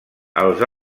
els